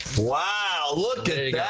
wow, look